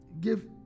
Give